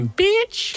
bitch